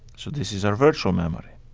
so this is our virtual memory.